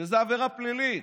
שזאת עבירה פלילית.